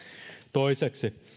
toiseksi